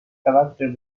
carácter